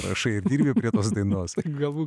rašai ir dirbi prie tos dainos gavau